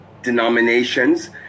denominations